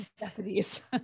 necessities